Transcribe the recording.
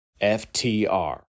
FTR